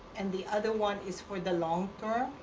and the other one is for the long term.